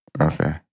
Okay